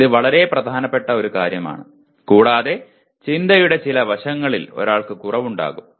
ഇത് വളരെ പ്രധാനപ്പെട്ട ഒരു കാര്യമാണ് കൂടാതെ ചിന്തയുടെ ചില വശങ്ങളിൽ ഒരാൾക്ക് കുറവുണ്ടാകാം